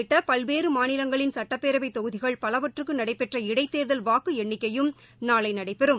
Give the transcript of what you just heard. உள்ளிட்டபல்வேறமாநிலங்களின் சட்டப்பேரவைதொகுதிகள் தமிழகம் பலவற்றுக்குநடைபெற்ற இடைத்தேர்தல் வாக்குஎண்ணிக்கையும் நாளைநடைபெறும்